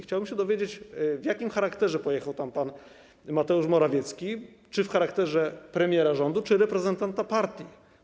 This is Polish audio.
Chciałbym się dowiedzieć, w jakim charakterze pojechał tam pan Mateusz Morawiecki: czy w charakterze premiera rządu, czy reprezentanta partii.